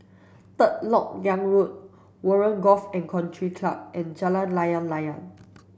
Third Lok Yang Road Warren Golf and Country Club and Jalan Layang Layang